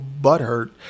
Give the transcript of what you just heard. butthurt